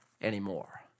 anymore